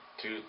Two